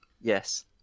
Yes